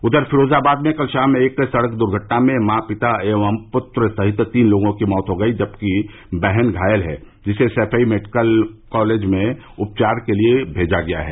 उधर फिरोजाबाद में कल शाम एक सड़क दुर्घटना में मां पिता एवं पुत्र सहित तीन लोगों की मौत हो गई जबकि बहन घायल है जिसे सैफई मेडिकल उपचार के लिए भेजा गया है